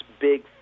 big